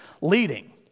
Leading